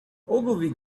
ogilvy